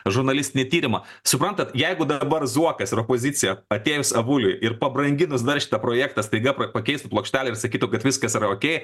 žurnalistinį tyrimą suprantat jeigu dabar zuokas ir opozicija atėjus avuliui ir pabranginus dar šitą projektą staiga pakeistų plokštelę ir sakytų kad viskas okei